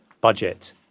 budget